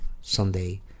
someday